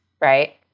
Right